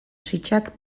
sitsak